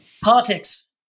Politics